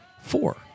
Four